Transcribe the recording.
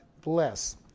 bless